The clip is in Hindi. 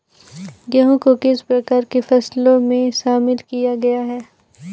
गेहूँ को किस प्रकार की फसलों में शामिल किया गया है?